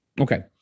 Okay